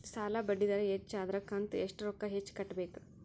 ಸಾಲಾ ಬಡ್ಡಿ ದರ ಹೆಚ್ಚ ಆದ್ರ ಕಂತ ಎಷ್ಟ ರೊಕ್ಕ ಹೆಚ್ಚ ಕಟ್ಟಬೇಕು?